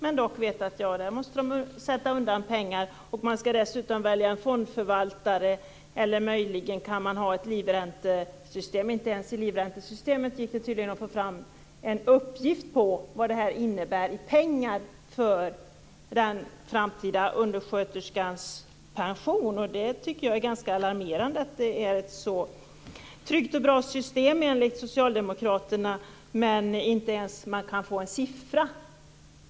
De vet dock att pengar måste sättas undan. Dessutom skall man välja en fondförvaltare. Möjligen kan man ha ett livräntesystem. Inte ens i fråga om livräntesystemet gick det tydligen att få fram en uppgift om vad detta innebär i pengar för den framtida undersköterskans pension. Jag tycker att det är ganska alarmerande att det enligt socialdemokraterna är ett så tryggt och bra system när man inte ens kan få fram en siffra.